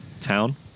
Town